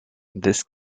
this